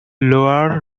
lower